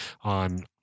on